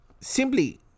simply